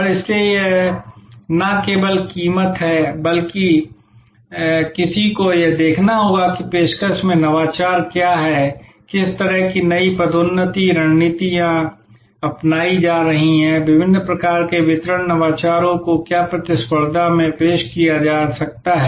और इसलिए यह न केवल कीमत है लेकिन किसी को यह देखना होगा कि पेशकश में नवाचार क्या हैं किस तरह की नई पदोन्नति रणनीतियां अपनाई जा रही हैं विभिन्न प्रकार के वितरण नवाचारों को क्या प्रतिस्पर्धा में पेश किया जा सकता है